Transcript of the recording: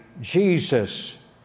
Jesus